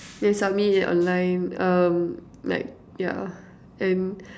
then submit it online um like yeah and